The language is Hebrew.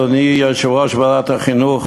אדוני יושב-ראש ועדת החינוך,